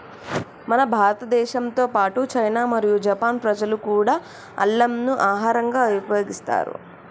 మన భారతదేశంతో పాటు చైనా మరియు జపాన్ ప్రజలు కూడా అల్లంను ఆహరంగా ఉపయోగిస్తారు